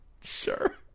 Sure